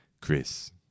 Chris